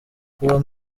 kuba